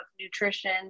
nutrition